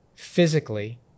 physically